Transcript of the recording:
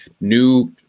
new